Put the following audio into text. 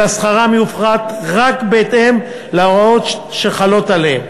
אלא שכרם יופחת רק בהתאם להוראות שחלות עליהם,